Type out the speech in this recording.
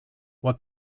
what